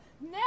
now